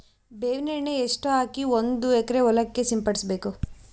ಬೇವಿನ ಎಣ್ಣೆ ಎಷ್ಟು ಹಾಕಿ ಒಂದ ಎಕರೆಗೆ ಹೊಳಕ್ಕ ಸಿಂಪಡಸಬೇಕು?